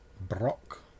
Brock